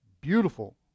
Beautiful